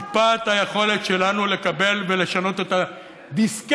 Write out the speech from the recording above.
מפאת חוסר היכולת שלנו לקבל ולשנות את הדיסקט